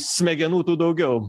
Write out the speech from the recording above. smegenų tų daugiau